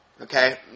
Okay